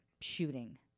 shooting